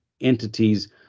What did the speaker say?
entities